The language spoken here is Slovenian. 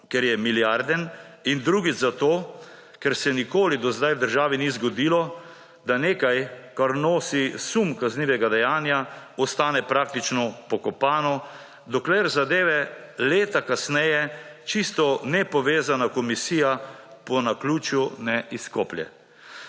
ker je milijarden, in drugič zato, ker se nikoli do zdaj v državi ni zgodilo, da nekaj, kar nosi sum kaznivega dejanja, ostane praktično pokopano, dokler zadeve leta kasneje čisto nepovezana komisija po naključju ne izkoplje.